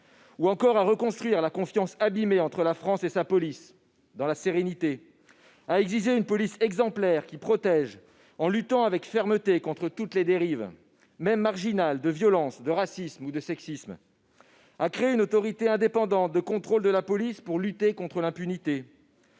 dans la sérénité une confiance entamée entre la France et sa police, à exiger une police exemplaire qui protège en luttant avec fermeté contre toutes les dérives, même marginales, qu'il s'agisse de violence, d'actes de racisme ou de sexisme, à créer une autorité indépendante de contrôle de la police pour lutter contre l'impunité,